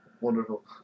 Wonderful